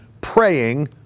praying